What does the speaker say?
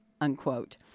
unquote